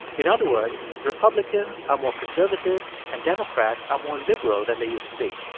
in other words, republicans are more conservative, and democrats are more liberal than they used to be.